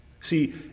See